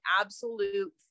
absolute